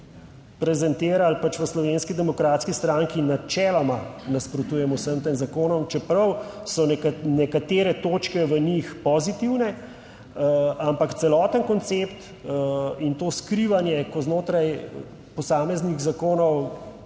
prezentirali, v Slovenski demokratski stranki načeloma nasprotujemo vsem tem zakonom, čeprav so nekatere točke v njih pozitivne, ampak celoten koncept in to skrivanje, ko znotraj posameznih zakonov